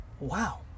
wow